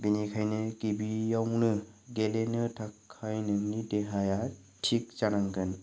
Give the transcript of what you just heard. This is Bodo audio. बेनिखायनो गिबिआवनो गेलेनो थाखाय नोंनि देहाया थिग जानांगोन